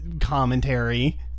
commentary